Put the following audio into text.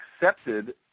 Accepted